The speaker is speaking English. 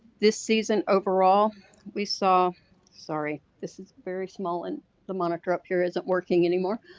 this season overall we saw sorry. this is very small and the monitor up here isn't working anymore.